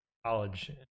college